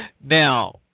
Now